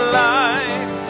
life